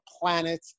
planet